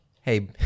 Hey